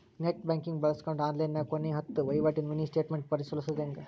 net banking ಬಳ್ಸ್ಕೊಂಡ್ ಆನ್ಲೈನ್ಯಾಗ ಕೊನೆ ಹತ್ತ ವಹಿವಾಟಿನ ಮಿನಿ ಸ್ಟೇಟ್ಮೆಂಟ್ ಪರಿಶೇಲಿಸೊದ್ ಹೆಂಗ